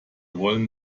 wollen